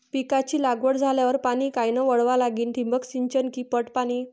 पिकाची लागवड झाल्यावर पाणी कायनं वळवा लागीन? ठिबक सिंचन की पट पाणी?